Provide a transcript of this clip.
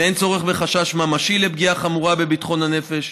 ואין צורך בחשש ממשי לפגיעה חמורה בביטחון הנפש.